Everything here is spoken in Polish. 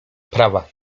prawa